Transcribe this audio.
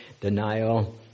Denial